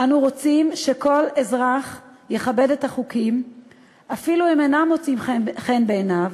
אנו רוצים שכל אזרח יכבד את החוקים אפילו אם הם אינם מוצאים חן בעיניו,